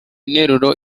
nteruro